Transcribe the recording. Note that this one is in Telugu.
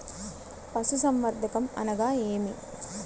పశుసంవర్ధకం అనగా ఏమి?